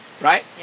Right